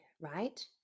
right